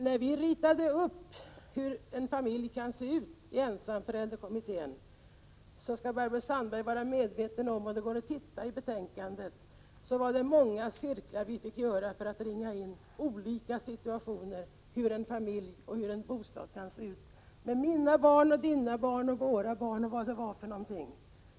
När vi i ensamförälderkommittén ritade upp hur en familj kan se ut skall Barbro Sandberg vara medveten om — det går att se i betänkandet — att det var många cirklar vi fick dra för att ringa in de olika situationerna och hur en familj och en bostad kan se ut: det är mina barn, dina barn, våra barn, osv.